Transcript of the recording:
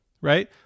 right